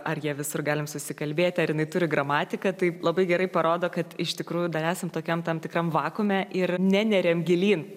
ar ja visur galim susikalbėti ar jinai turi gramatiką tai labai gerai parodo kad iš tikrųjų dar esam tokiam tam tikram vakuume ir neneriam gilyn